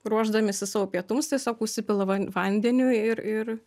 ruošdamiesi savo pietums tiesiog užsipila van vandeniui ir ir